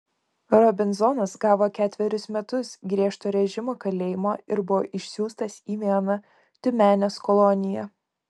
robinzonas gavo ketverius metus griežto režimo kalėjimo ir buvo išsiųstas į vieną tiumenės koloniją